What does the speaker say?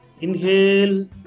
Inhale